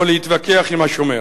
או להתווכח עם השומר?